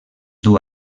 duu